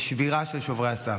בשבירה של שומרי הסף.